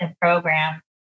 program